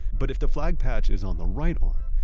but if the flag patch is on the right arm,